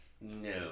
No